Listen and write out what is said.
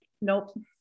nope